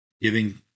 giving